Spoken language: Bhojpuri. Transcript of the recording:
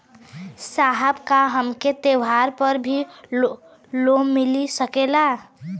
साहब का हमके त्योहार पर भी लों मिल सकेला?